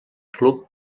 club